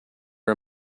are